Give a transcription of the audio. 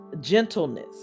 gentleness